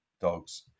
dogs